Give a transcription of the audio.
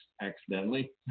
accidentally